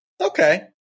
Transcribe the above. Okay